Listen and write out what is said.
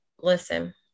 Listen